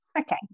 okay